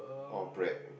all black